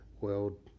world